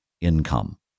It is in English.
income